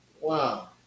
Wow